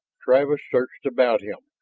travis searched about him,